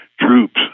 troops